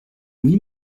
oui